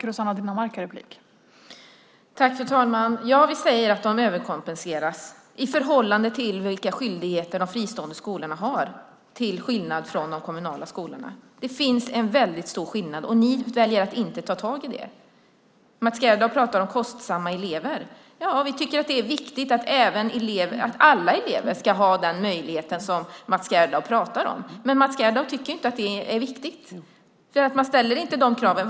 Fru talman! Ja, vi säger att de överkompenseras i förhållande till vilka skyldigheter de fristående skolorna har. Det är en skillnad jämfört med de kommunala skolorna. Det finns en väldigt stor skillnad, och ni väljer att inte ta tag i det. Mats Gerdau pratar om kostsamma elever. Ja, vi tycker att det är viktigt att alla elever ska ha den möjlighet som Mats Gerdau pratar om. Men Mats Gerdau tycker inte att det är viktigt, för man ställer inte de kraven.